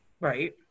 right